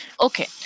Okay